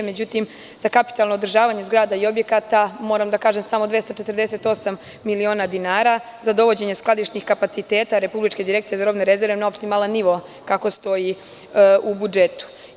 Međutim, za kapitalna održavanja zgrada i objekata moram da kažem da je samo 248 miliona dinara, za dovođenje skladišnih kapaciteta Republičke direkcije za robne rezerve na optimalan nivo, kako stoji u budžetu.